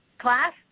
class